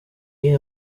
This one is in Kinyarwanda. iyihe